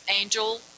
angel